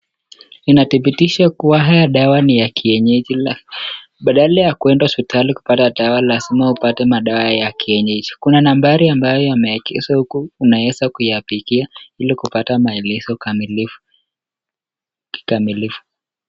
Inathibitisha kuwa haya dawa ni ya kienyeji. Badala ya kwenda hospitali kupata dawa lazima upate madawa ya kienyeji. Kuna nambari ambayo yameagizwa huku unaweza kuyapigia ili kupata maelezo kamilifu kikamilifu.